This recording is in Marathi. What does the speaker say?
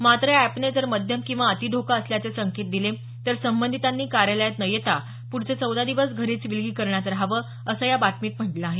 मात्र या अॅपने जर मध्यम किंवा अति धोका असल्याचे संकेत दिले तर संबंधितांनी कार्यालयात न येता पुढचे चौदा दिवस घरीच विलगीकरणात राहावं असं या बातमीत म्हटलं आहे